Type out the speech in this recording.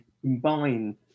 combine